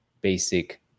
basic